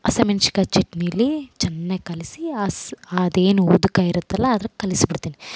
ಹಸಿಮೆಣ್ಸಿಕಾಯ್ ಚಟ್ನಿಲಿ ಚೆನ್ನಾಗ್ ಕಲಸಿ ಆಸ್ ಅದೇನು ಉದಕ ಇರತ್ತಲ್ಲ ಅದಕ್ಕೆ ಕಲ್ಸಿಬಿಡ್ತೀನ್